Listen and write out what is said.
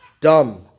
dumb